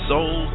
Soul